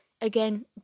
again